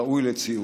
ראוי לציון.